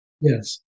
Yes